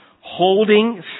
holding